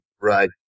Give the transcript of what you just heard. Right